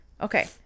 Okay